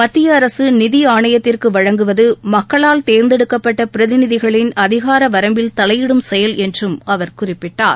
மத்திய அரசு நிதி ஆணையத்திற்கு வழங்குவது மக்களால் தேர்ந்தெடுக்கப்பட்ட பிரதிநிதிகளின் அதிகார வரம்பில் தலையிடும் செயல் என்றும் அவர் குறிப்பிட்டார்